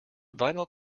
vinyl